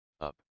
up